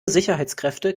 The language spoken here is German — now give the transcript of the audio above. sicherheitskräfte